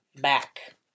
back